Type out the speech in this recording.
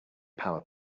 power